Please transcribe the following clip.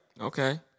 Okay